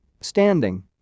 Standing